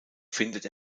findet